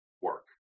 work